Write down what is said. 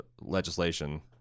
legislation